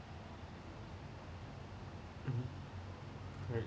mmhmm right